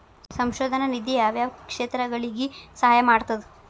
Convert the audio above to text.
ಸಂಶೋಧನಾ ನಿಧಿ ಯಾವ್ಯಾವ ಕ್ಷೇತ್ರಗಳಿಗಿ ಸಹಾಯ ಮಾಡ್ತದ